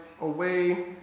away